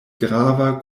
grava